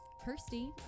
Kirsty